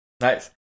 Nice